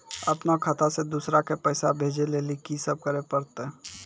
अपनो खाता से दूसरा के पैसा भेजै लेली की सब करे परतै?